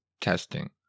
testing